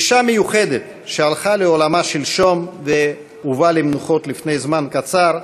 אישה מיוחדת שהלכה לעולמה שלשום והובאה למנוחות לפני זמן קצר.